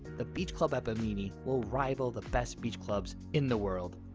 the beach club at bimini will rival the best beach clubs in the world.